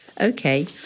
Okay